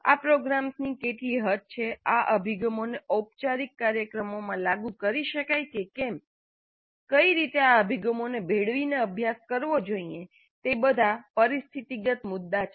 આ પ્રોગ્રામ્સની કેટલી હદ છે આ અભિગમોને ઔપચારિક કાર્યક્રમોમાં લાગુ કરી શકાય કે કેમ કઈ રીતે આ અભિગમોને ભેળવીને પ્રયાસ કરવો જોઇએ તે બધા પરિસ્થિતિગત મુદ્દા છે